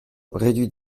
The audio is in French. réduits